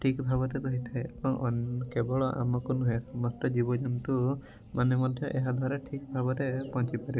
ଠିକ୍ ଭାବରେ ରହିଥାଏ କେବଳ ଆମକୁ ନୁହେଁ ବନ୍ୟ ଜୀବଜନ୍ତୁ ଏହାଦ୍ୱାରା ଠିକ୍ ଭାବରେ ବଞ୍ଚିପାରିବେ